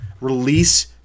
release